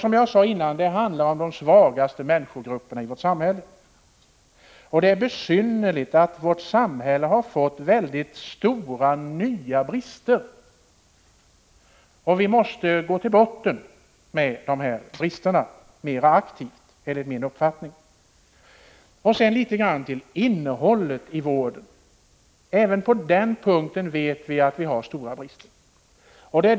Som jag sade tidigare: Detta handlar om de svagaste människogrupperna i vårt samhälle. Det är besynnerligt att vårt samhälle har fått mycket stora nya brister, och vi måste enligt min uppfattning mer aktivt gå till botten med dessa brister. Sedan vill jag också beröra innehållet i vården. Även på den punkten vet vi att det finns stora brister.